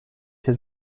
his